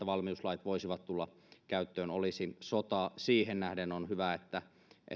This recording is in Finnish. valmiuslait voisivat tulla käyttöön olisi sota siihen nähden on hyvä että